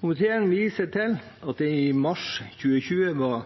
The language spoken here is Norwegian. Komiteen viser til at det i mars 2020 var